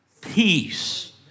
peace